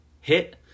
hit